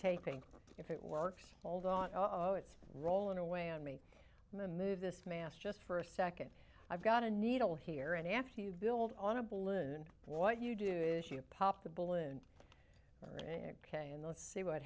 taking if it works hold on oh it's rolling away on me in the move this mass just for a second i've got a needle here and after you build on a balloon what you do is you pop the balloon ok and let's see what